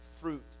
fruit